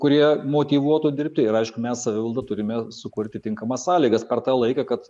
kurie motyvuotų dirbti ir aišku mes savivalda turime sukurti tinkamas sąlygas per tą laiką kad